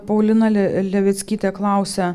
paulina levickytė klausia